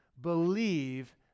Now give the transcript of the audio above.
believe